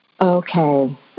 Okay